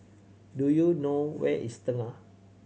do you know where is Tengah